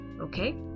okay